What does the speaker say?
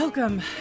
Welcome